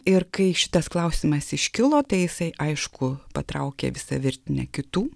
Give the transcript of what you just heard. ir kai šitas klausimas iškilo tai jisai aišku patraukė visą virtinę kitų